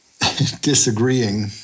disagreeing